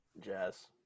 Jazz